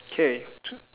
okay